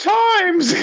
times